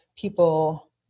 people